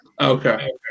Okay